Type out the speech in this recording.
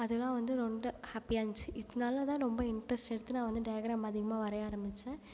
அதெல்லாம் வந்து ரொன்ட்ட ஹேப்பியாக இருந்துச்சு இதனால தான் நொம்ப இண்ட்ரெஸ்ட் எடுத்து நான் வந்து டையக்ராம் அதிகமாக வரைய ஆரமிச்சேன்